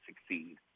succeed